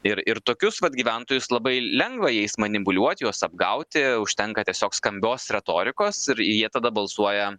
ir ir tokius vat gyventojus labai lengva jais manipuliuot juos apgauti užtenka tiesiog skambios retorikos ir jie tada balsuoja